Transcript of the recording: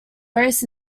various